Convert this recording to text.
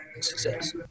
success